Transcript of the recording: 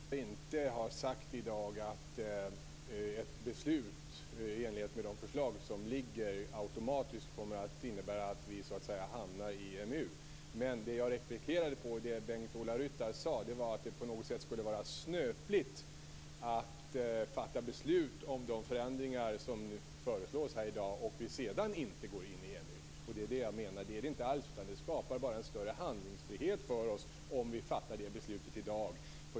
Fru talman! Det är riktigt att Bengt-Ola Ryttar inte har sagt i dag att ett beslut i enlighet med de liggande förslagen automatiskt kommer att innebära att vi hamnar i EMU. Men det som jag replikerade på var det som Bengt-Ola Ryttar sade om att det på något sätt skulle vara snöpligt att fatta beslut om de förändringar som i dag föreslås, om vi sedan inte går med i EMU:s tredje etapp. Det är det inte alls, utan det skapar bara en större handlingsfrihet för oss om vi fattar det beslutet i dag.